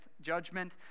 judgment